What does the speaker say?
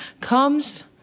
comes